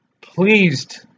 pleased